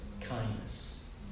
kindness